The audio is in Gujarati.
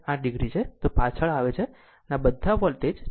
8 o છે તે પાછળ છે આ બધા વોલ્ટેજ 44